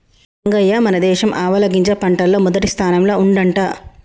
రంగయ్య మన దేశం ఆవాలగింజ పంటల్ల మొదటి స్థానంల ఉండంట